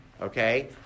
okay